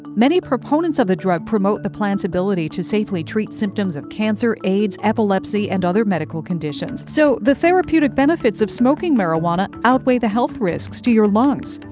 many proponents of the drug promote the plant's ability to safely treat symptoms of cancer, aids, epilepsy, and other medical conditions. so the therapeutic benefits of smoking marijuana outweigh the health risks to your lungs?